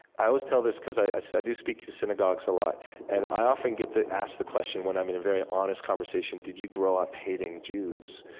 i always tell this, because i so i do speak to synagogues a lot and i often get asked the question when i'm in a very honest conversation, did you grow up hating jews,